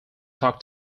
talk